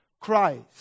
Christ